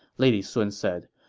lady sun said.